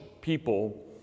people